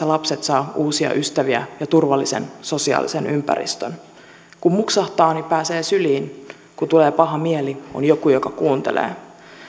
lapset saavat uusia ystäviä ja turvallisen sosiaalisen ympäristön kun muksahtaa niin pääsee syliin kun tulee paha mieli on joku joka kuuntelee